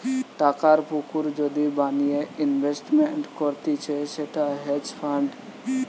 টাকার পুকুর যদি বানিয়ে ইনভেস্টমেন্ট করতিছে সেটা হেজ ফান্ড